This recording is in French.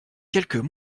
quelques